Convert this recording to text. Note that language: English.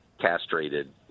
castrated